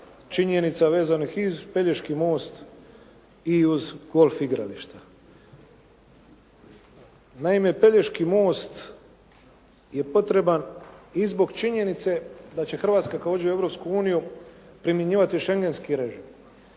činjenica i uz Pelješki most i uz golf igrališta. Naime Pelješki most je potreban i zbog činjenice da će Hrvatska kada uđe u Europsku uniju primjenjivati Šengenski režim.